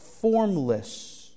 formless